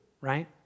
right